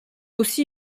aussi